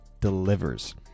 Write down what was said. delivers